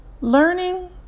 learning